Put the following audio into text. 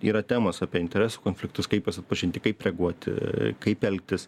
yra temos apie interesų konfliktus kaip juos atpažinti kaip reaguoti kaip elgtis